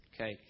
Okay